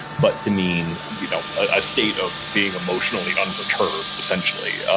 but to mean you know a state of being emotionally unperturbed, essentially.